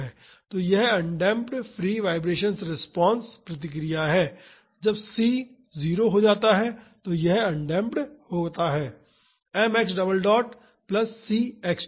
तो यह undamped free vibrations response प्रतिक्रिया है जब c 0 हो जाता है तो यह अनडेमप्ड होता है